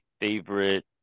favorite